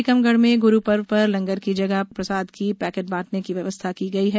टीकमगढ़ में गुरू पर्व पर लंगर की जगह प्रसाद की पैकेट बांटने की व्यवस्था की गई है